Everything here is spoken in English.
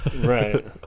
Right